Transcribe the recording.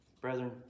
Brethren